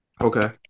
Okay